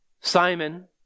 Simon